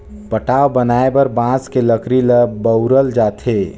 पटाव बनाये बर बांस के लकरी ल बउरल जाथे